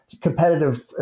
competitive